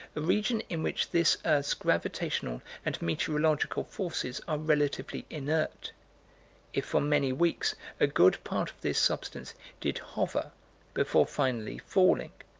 a region in which this earth's gravitational and meteorological forces are relatively inert if for many weeks a good part of this substance did hover before finally falling.